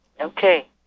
Okay